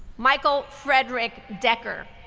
michael frederick decker,